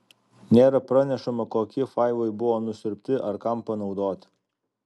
nėra pranešama kokie failai buvo nusiurbti ar kam panaudoti